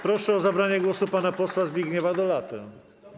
Proszę o zabranie głosu pana posła Zbigniewa Dolatę.